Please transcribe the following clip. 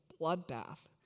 bloodbath